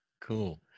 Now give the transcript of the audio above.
Cool